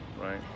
Right